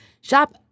Shop